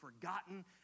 forgotten